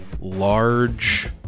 large